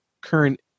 current